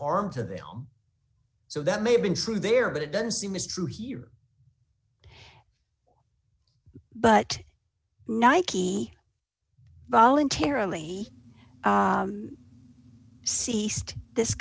harm to them so that may have been through there but it doesn't seem as true here but nike voluntarily ceased this